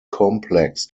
complex